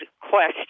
question